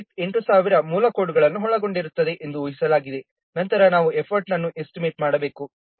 project 8000 ಮೂಲ ಕೋಡ್ಗಳನ್ನು ಒಳಗೊಂಡಿರುತ್ತದೆ ಎಂದು ಊಹಿಸಲಾಗಿದೆ ನಂತರ ನಾವು ಎಫರ್ಟ್ನನ್ನು ಎಸ್ಟಿಮೇಟ್ ಮಾಡಬೇಕು